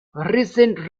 recent